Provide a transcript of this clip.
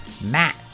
Matt